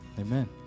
Amen